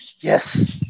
yes